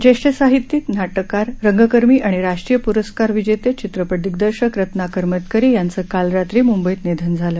ज्येष्ठ साहित्यिक नाटककार रंगकर्मी आणि राष्ट्रीय प्रस्कार विजेते चित्रपट दिग्दर्शक रत्नाकर मतकरी यांचं काल रात्री मुंबईत निधन झालं